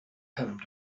him